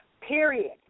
period